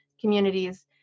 communities